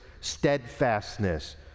steadfastness